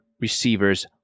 receivers